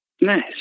Nice